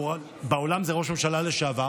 בעולם זה "ראש ממשלה לשעבר",